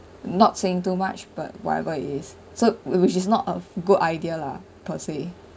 not saying too much but whatever it is so which which is not a good idea lah per se